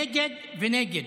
נגד, ונגד.